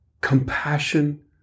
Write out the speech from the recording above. compassion